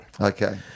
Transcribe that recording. Okay